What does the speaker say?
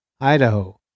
Idaho